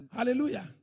Hallelujah